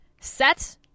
Set